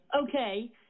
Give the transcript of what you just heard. okay